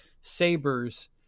sabers